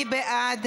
מי בעד?